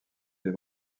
les